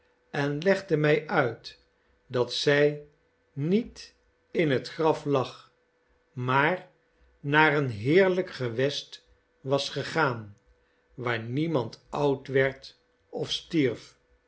en legde mij uit dat zij niet in het graf lag maar naar een heeiiijk gewest was gegaan waar niemand oud werd of stierf